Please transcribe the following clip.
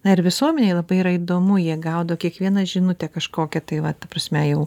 na ir visuomenei labai įdomu jie gaudo kiekvieną žinutę kažkokią tai va ta prasme jau